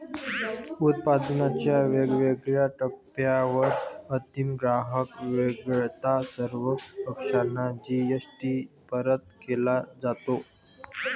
उत्पादनाच्या वेगवेगळ्या टप्प्यांवर अंतिम ग्राहक वगळता सर्व पक्षांना जी.एस.टी परत केला जातो